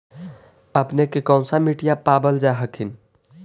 अपने के कौन सा मिट्टीया पाबल जा हखिन?